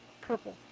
purple